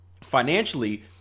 financially